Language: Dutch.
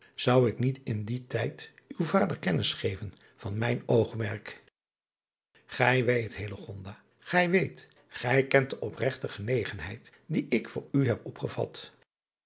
ou ik niet in dien tijd uw vader kennis geven van mijn oogmerk ij weet gij weet gij kent de opregte genegenheid die ik voor u heb opgevat